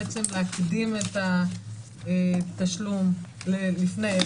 להקדים את התשלום ללפני,